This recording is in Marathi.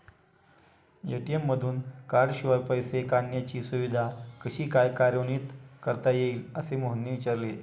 ए.टी.एम मधून कार्डशिवाय पैसे काढण्याची सुविधा कशी काय कार्यान्वित करता येईल, असे मोहनने विचारले